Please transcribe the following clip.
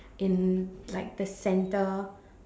in like the centre